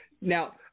Now